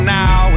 now